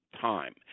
time